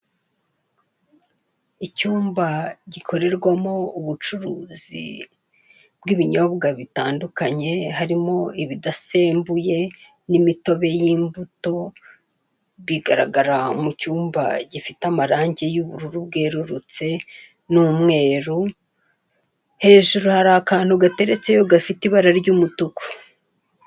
Icyumba gikorerwamo ubucuruzi bw'ibinyobwa bitandukanye harimo ibidasembuye n'imitobe y'imbuto bigaragara mu cyumba gifite amarangi y'ubururu bwerurutse n'umweru, hejuru hari akantu gateretseyo gafite ibara ry'umutuku.